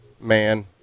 man